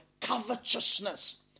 covetousness